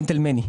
ג'נטלמני.